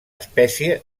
espècie